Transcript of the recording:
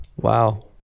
wow